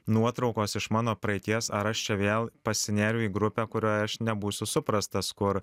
nuotraukos iš mano praeities ar aš čia vėl pasinėriau į grupę kurioje aš nebūsiu suprastas kur